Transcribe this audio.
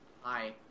Hi